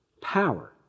power